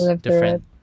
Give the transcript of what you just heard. different